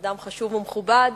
אדם חשוב ומכובד,